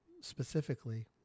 specifically